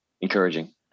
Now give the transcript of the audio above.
encouraging